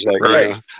Right